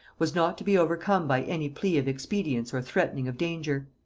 was not to be overcome by any plea of expedience or threatening of danger.